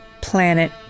planet